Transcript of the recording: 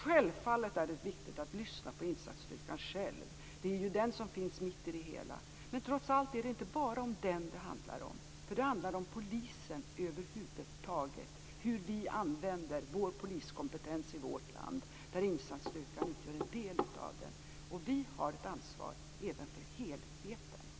Självfallet är det viktigt att lyssna på insatsstyrkan själv. Det är ju den som finns mitt i det hela. Men trots allt handlar det inte bara om den. Det handlar om polisen över huvud taget och om hur vi använder poliskompetensen i vårt land. Insatsstyrkan utgör en del av detta. Vi har ett ansvar även för helheten.